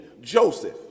Joseph